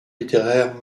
littéraire